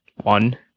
One